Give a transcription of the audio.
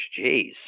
Jeez